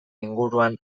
inguruan